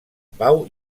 pau